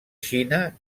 xina